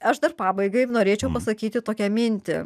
aš dar pabaigai norėčiau pasakyti tokią mintį